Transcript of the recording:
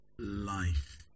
life